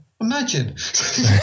Imagine